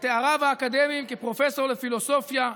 לתאריו האקדמיים כפרופסור לפילוסופיה,